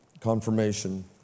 confirmation